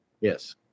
Yes